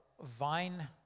vine